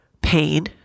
pain